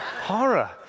Horror